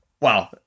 wow